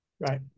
right